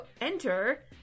enter